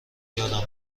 یادم